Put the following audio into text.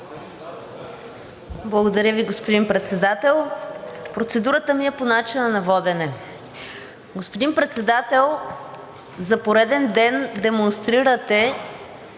Благодаря, господин Председател. Процедурата ми е по начина на водене. Господин Председател, за пореден ден демонстрирате,